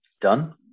done